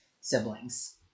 siblings